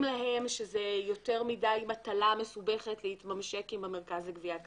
להם שזה יותר מדי מטלה מסובכת להתממשק עם מרכז לגביית קנסות.